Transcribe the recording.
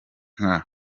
nka